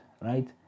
right